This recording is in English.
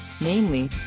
Namely